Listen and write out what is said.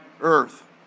earth